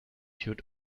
should